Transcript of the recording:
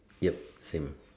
yup same